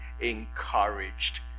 encouraged